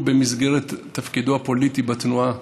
במסגרת תפקידו הפוליטי בתנועה